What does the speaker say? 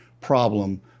problem